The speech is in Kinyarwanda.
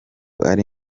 ari